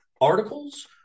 articles